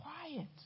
quiet